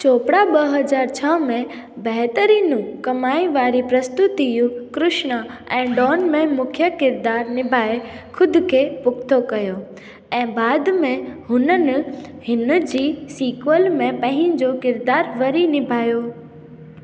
चोपड़ा ॿ हज़ार छह में बहतरीनु कमाई वारी प्रस्तुतियूं कृष्णा ऐं डॉन में मुख्य किरदारु निभाए खु़द खे पुख़्तो कयो ऐं बाद में हुननि हिन जी सीक्वल में पंहिंजो किरदार वरी निभायो